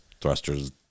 thrusters